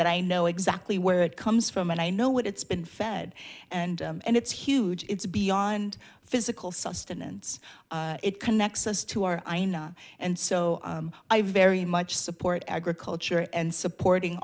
that i know exactly where it comes from and i know what it's been fed and and it's huge it's beyond physical sustenance it connects us to our i know and so i very much support agriculture and supporting